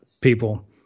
people